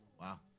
Wow